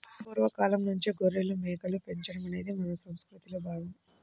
పూర్వ కాలంనుంచే గొర్రెలు, మేకలు పెంచడం అనేది మన సంసృతిలో భాగం